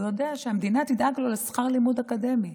יודע שהמדינה תדאג לו לשכר לימוד אקדמי.